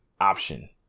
option